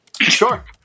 Sure